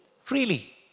freely